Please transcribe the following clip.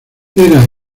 era